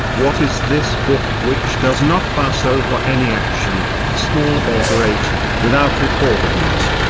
what is this book which does not pass over any action, small or great, without recording it?